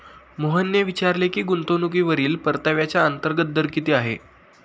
मोहनने विचारले की गुंतवणूकीवरील परताव्याचा अंतर्गत दर किती आहे?